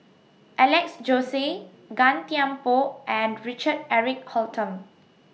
Alex Josey Gan Thiam Poh and Richard Eric Holttum